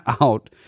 out